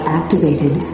activated